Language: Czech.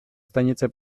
stanice